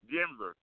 Denver